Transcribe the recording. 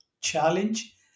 challenge